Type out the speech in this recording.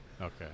Okay